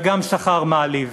וגם שכר מעליב.